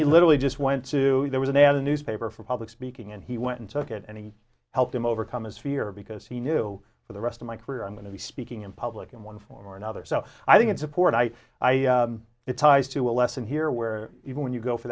he literally just went to there was an ad in newspaper for public speaking and he went and took it and he helped him overcome his fear because he knew for the rest of my career i'm going to be speaking in public in one form or another so i think it's a poor night it ties to a lesson here where even when you go for